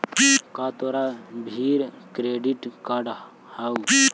का तोरा भीर क्रेडिट कार्ड हउ?